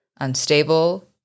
unstable